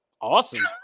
Awesome